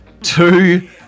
two